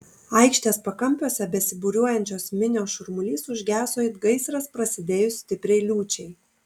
aikštės pakampiuose besibūriuojančios minios šurmulys užgeso it gaisras prasidėjus stipriai liūčiai